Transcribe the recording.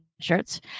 shirts